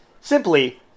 simply